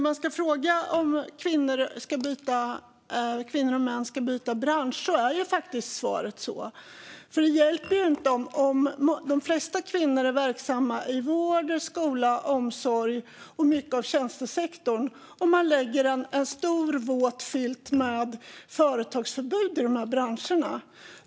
På frågan om kvinnor och män ska byta bransch är ju svaret faktiskt ja, för om de flesta kvinnor är verksamma inom vård, skola och omsorg samt mycket av tjänstesektorn hjälper det inte dem att man lägger en stor våt filt i form av företagsförbud över de branscherna.